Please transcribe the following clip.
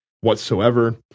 whatsoever